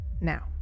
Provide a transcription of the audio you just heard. Now